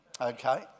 okay